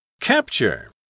Capture